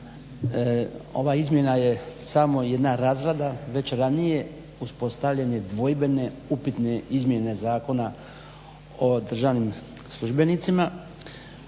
ova izmjena je samo jedna razrada već ranije uspostavljene dvojbene upitne izmjene Zakon o državnim službenicima